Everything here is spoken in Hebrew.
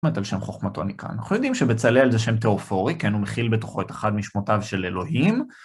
זאת אומרת, על שם חוכמתו נקרא, אנחנו יודעים שבצלאל זה שם תיאופורי, כן, הוא מכיל בתוכו את אחד משמותיו של אלוהים.